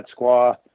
Squaw